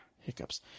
Hiccups